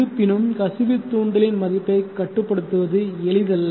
இருப்பினும் கசிவு தூண்டலின் மதிப்பைக் கட்டுப்படுத்துவது எளிதல்ல